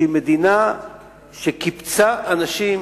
שהיא מדינה שקיבצה אנשים